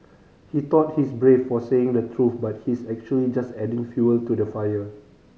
he thought he's brave for saying the truth but he's actually just adding fuel to the fire